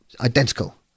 identical